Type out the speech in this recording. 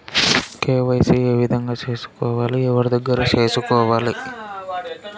KYC ఏ విధంగా సేసుకోవాలి? ఎవరి దగ్గర సేసుకోవాలి?